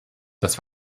das